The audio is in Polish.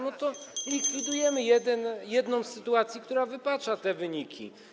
No to likwidujemy jedną z sytuacji, która wypacza te wyniki.